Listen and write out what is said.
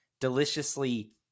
deliciously